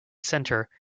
centre